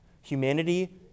Humanity